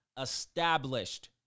established